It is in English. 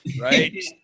right